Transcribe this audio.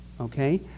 okay